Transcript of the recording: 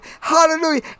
hallelujah